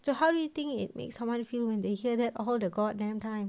so how do you think it make someone feel when they hear that all the god damn time